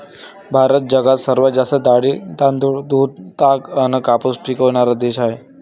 भारत जगात सर्वात जास्त डाळी, तांदूळ, दूध, ताग अन कापूस पिकवनारा देश हाय